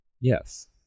Yes